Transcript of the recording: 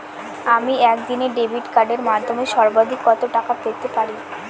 আমি একদিনে ডেবিট কার্ডের মাধ্যমে সর্বাধিক কত টাকা পেতে পারি?